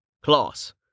Class